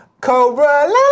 Cobra